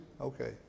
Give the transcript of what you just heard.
Okay